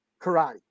karate